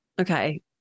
Okay